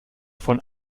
von